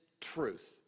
truth